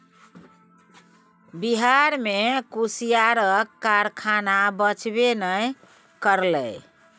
बिहार मे कुसियारक कारखाना बचबे नै करलै